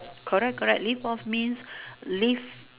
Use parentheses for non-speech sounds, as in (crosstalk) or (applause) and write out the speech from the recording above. correct correct live off means (breath) live